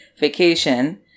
vacation